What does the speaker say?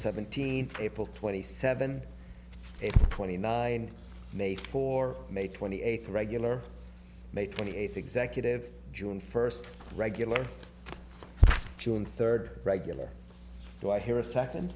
seventeen april twenty seven twenty nine may or may twenty eighth regular may twenty eighth executive june first regular june third regular so i hear a second